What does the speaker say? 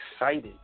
excited